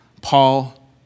Paul